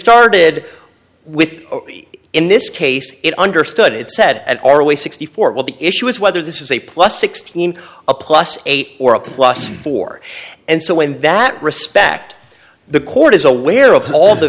started with in this case it understood it said our way sixty four will be issue is whether this is a plus sixteen a plus eight or a plus four and so in that respect the court is aware of all the